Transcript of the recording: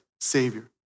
Savior